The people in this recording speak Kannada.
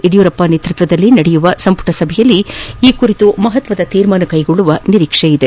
ಯಡಿಯೂರಪ್ಪ ನೇತೃತ್ವದಲ್ಲಿ ನಡೆಯಲಿರುವ ಸಂಪುಟ ಸಭೆಯಲ್ಲಿ ಈ ಕುರಿತು ಮಹತ್ವದ ತೀರ್ಮಾನ ಕೈಗೊಳ್ಳುವ ನಿರೀಕ್ಷೆ ಇದೆ